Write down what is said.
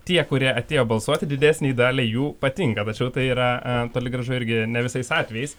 tie kurie atėjo balsuoti didesnei daliai jų patinka tačiau tai yra toli gražu irgi ne visais atvejais